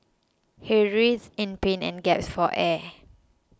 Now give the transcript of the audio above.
he writhed in pain and gasped for air